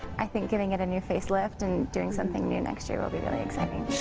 i think giving it a new face-lift and doing something new next year will be really exciting.